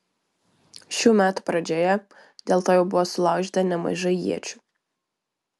šių metų pradžioje dėl to jau buvo sulaužyta nemažai iečių